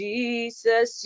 Jesus